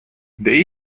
they